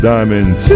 Diamonds